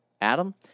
Adam